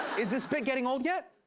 is this bit getting old yet?